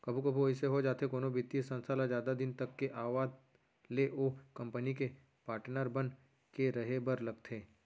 कभू कभू अइसे हो जाथे कोनो बित्तीय संस्था ल जादा दिन तक के आवत ले ओ कंपनी के पाटनर बन के रहें बर लगथे